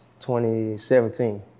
2017